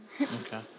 Okay